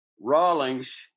Rawlings